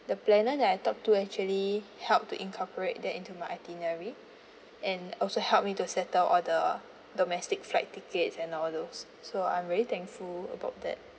the planner that I talked to actually helped to incorporate that into my itinerary and also helped me to settle all the domestic flight tickets and all those so I'm really thankful about that